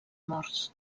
morts